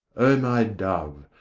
o my dove,